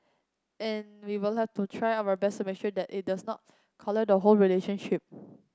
and we will have to try our best to make sure that it does not colour the whole relationship